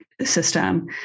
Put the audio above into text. system